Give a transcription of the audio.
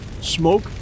smoke